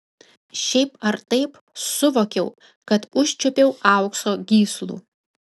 šiaip ar taip suvokiau kad užčiuopiau aukso gyslų